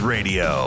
Radio